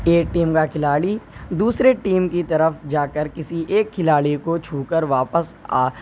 ایک ٹیم کا کھلاڑی دوسرے ٹیم کی طرف جا کر کسی ایک کھلاڑی کو چھو کر واپس آ